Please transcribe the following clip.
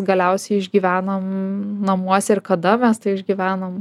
galiausiai išgyvenam namuose ir kada mes tai išgyvenam